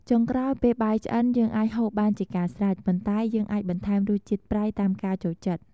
ចុងក្រោយ ពេលបាយឆ្អិនយើងអាចហូបបានជាការស្រេច ប៉ុន្តែយើងអាចបន្ថែមរសជាតិប្រៃតាមការចូលចិត្ត។